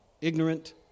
ignorant